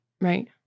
Right